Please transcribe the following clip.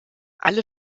alle